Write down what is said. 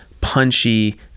punchy